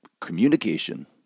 communication